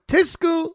Tisku